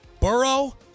Burrow